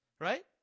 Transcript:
Right